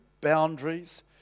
boundaries